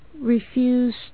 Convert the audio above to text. refuse